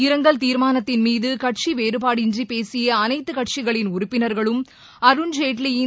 இரங்கல் தீர்மானத்தின் மீது கட்சி வேறுபாடின்றி பேசிய அனைத்து கட்சிகளின் உறுப்பினர்களும் அருண்ஜேட்லியின்